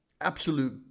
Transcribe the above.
Absolute